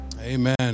Amen